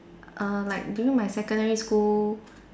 err like during my secondary school